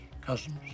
cousins